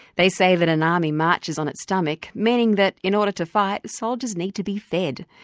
they say that an army marches on its stomach, meaning that in order to fight, soldiers need to be fed.